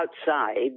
outside